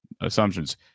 assumptions